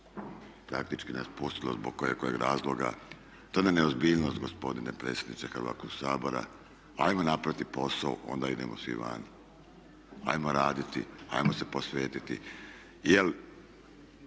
napušteno iz tko zna kojeg razloga, to je jedna neozbiljnost gospodine predsjedniče Hrvatskog sabora. Ajmo napraviti posao i onda idemo svi van, ajmo raditi, ajmo se posvetiti.